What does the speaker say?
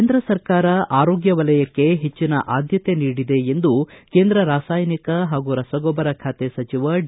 ಕೇಂದ್ರ ಸರ್ಕಾರ ಆರೋಗ್ಯ ವಲಯಕ್ಕೆ ಹೆಚ್ಚಿನ ಆದ್ಯತೆ ನೀಡಿದೆ ಎಂದು ಕೇಂದ್ರ ರಾಸಾಯನಿಕ ಹಾಗೂ ರಸಗೊಬ್ಲರ ಖಾತೆ ಸಚಿವ ಡಿ